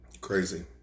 Crazy